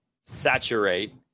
saturate